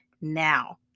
now